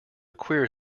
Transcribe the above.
queer